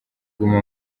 guma